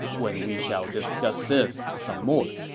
when we shall discuss this some more.